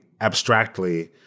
abstractly